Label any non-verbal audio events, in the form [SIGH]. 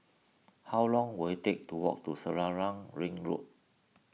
[NOISE] how long will it take to walk to Selarang Ring Road